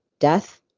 death,